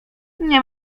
nie